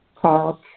called